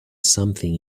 something